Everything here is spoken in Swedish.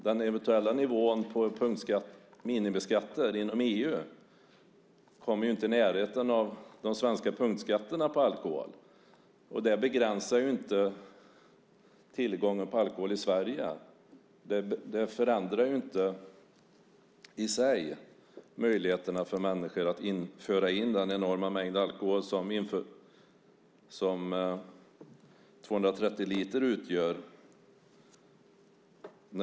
Den eventuella nivån på minimiskatter inom EU kommer inte i närheten av de svenska punktskatterna på alkohol. Den begränsar inte tillgången på alkohol i Sverige. Införselkvoterna förändrar inte i sig möjligheterna för människor att föra in den enorma mängd alkohol som 230 liter utgör.